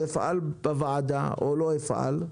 ואפעיל בוועדה, או לא אפעל,